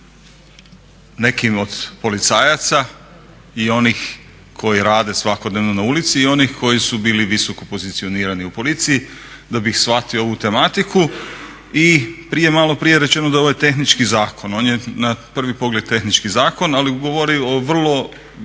nekim od policajaca i onih koji rade svakodnevno na ulici i onih koji su bili visoko pozicionirani u policiji da bih shvatio ovu tematiku i maloprije je rečeno da je ovo tehnički zakon. On je na prvi pogled tehnički zakon ali govori o jednoj